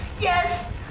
Yes